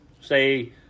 Say